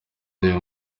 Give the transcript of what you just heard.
uyu